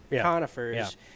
conifers